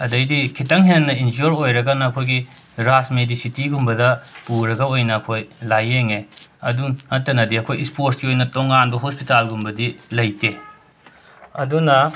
ꯑꯗꯩꯗꯤ ꯈꯤꯠꯇꯪ ꯍꯦꯟꯅ ꯏꯟꯖꯤꯌꯣꯔ ꯑꯣꯏꯔꯒꯅ ꯑꯩꯈꯣꯏꯒꯤ ꯔꯥꯖ ꯃꯦꯗꯤꯁꯤꯇꯤꯒꯨꯝꯕꯗ ꯄꯨꯔꯒ ꯑꯣꯏꯅ ꯑꯩꯈꯣꯏ ꯂꯥꯏꯌꯦꯡꯉꯦ ꯑꯗꯨ ꯅꯠꯇꯅꯗꯤ ꯑꯩꯈꯣꯏ ꯁ꯭ꯄꯣꯔꯠꯁꯀꯤ ꯑꯣꯏꯅ ꯇꯣꯉꯥꯟꯕ ꯍꯣꯁꯄꯤꯇꯥꯜꯒꯨꯝꯕ ꯗꯤ ꯂꯩꯇꯦ ꯑꯗꯨꯅ